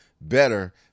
better